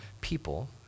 people